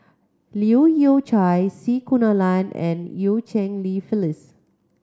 Leu Yew Chye C Kunalan and Eu Cheng Li Phyllis